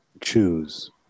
choose